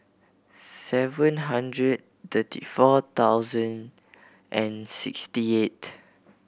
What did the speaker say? seven hundred thirty four thousand and sixty eight